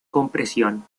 comprensión